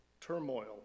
turmoil